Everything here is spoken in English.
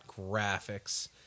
graphics